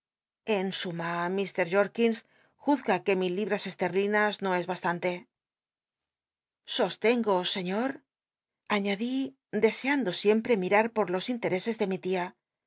en suma ir jorkitl juzga c ue mil libras eslel'linas no es bastante sostengo señor añadí tlcseando irutptr l los interese de mi tia